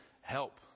help